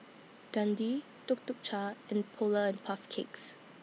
Dundee Tuk Tuk Cha and Polar and Puff Cakes